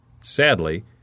Sadly